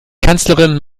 kanzlerin